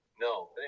no